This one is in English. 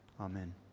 Amen